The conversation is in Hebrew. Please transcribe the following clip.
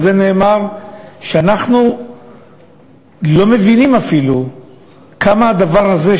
על זה נאמר שאנחנו לא מבינים אפילו כמה הדבר הזה,